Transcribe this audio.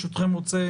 ברשותכם, אני רוצה